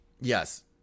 Yes